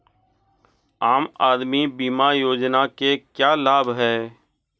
आम आदमी बीमा योजना के क्या लाभ हैं?